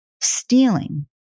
stealing